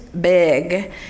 big